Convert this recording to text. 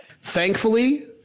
thankfully